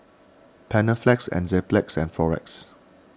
Panaflex Enzyplex and Floxia